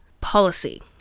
policy